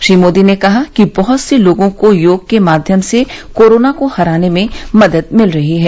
श्री मोदी ने कहा कि बहत से लोगों को योग के माध्यम से कोरोना को हराने में मदद मिल रही है